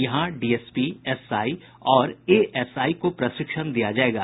यहां DSP SI और ASI को प्रशिक्षण दिया जायेगा